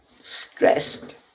stressed